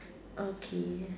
okay